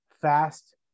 fast